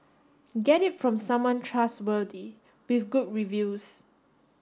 get it from someone trustworthy with good reviews